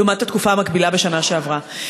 לעומת התקופה המקבילה בשנה שעברה.